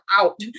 out